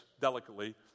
delicately